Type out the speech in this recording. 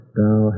thou